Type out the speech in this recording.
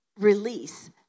release